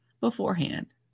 beforehand